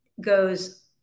goes